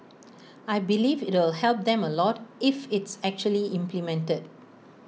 I believe it'll help them A lot if it's actually implemented